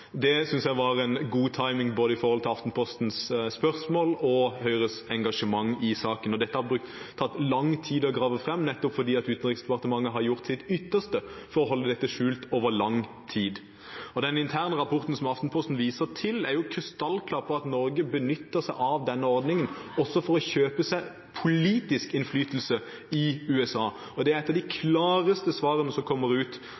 Det synes jeg var en god timing både i forhold til Aftenpostens spørsmål og Høyres engasjement i saken. Dette har tatt lang tid å grave frem, nettopp fordi Utenriksdepartementet har gjort sitt ytterste for å holde dette skjult over lang tid. Den interne rapporten som Aftenposten viser til, er jo krystallklar på at Norge benytter seg av denne ordningen også for å kjøpe seg politisk innflytelse i USA. Det er et av de klareste svarene som kommer ut